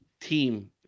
team